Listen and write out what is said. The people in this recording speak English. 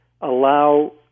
allow